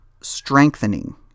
strengthening